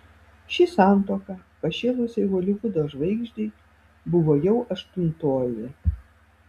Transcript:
ši santuoka pašėlusiai holivudo žvaigždei buvo jau aštuntoji